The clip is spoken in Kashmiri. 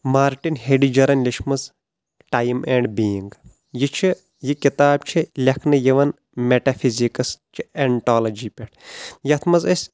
مارٹِن ہیٚڈِجرن لیچھمٕژ ٹایم اینٛڈ بینگ یہِ چھِ یہِ کِتاب چھِ لیکھنہٕ یِوان میٚٹا فیٚزیکٕس چہِ ایٚنٹالجی پٮ۪ٹھ یتھ منٛز أسۍ